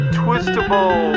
twistable